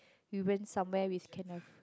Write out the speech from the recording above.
you went somewhere with kenneth